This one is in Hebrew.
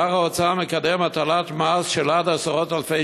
שר האוצר מקדם הטלת מס של עד עשרות-אלפי